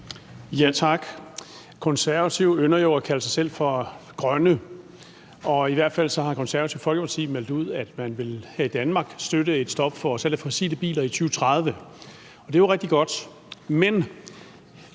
: Tak. Konservative ynder jo at kalde sig selv for grønne, i hvert fald har Det Konservative Folkeparti meldt ud, at man her i Danmark vil støtte et stop for salg af fossile biler i 2030. Det er jo rigtig godt.